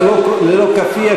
ללא כאפיה,